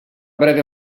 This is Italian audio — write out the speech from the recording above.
breve